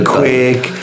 quick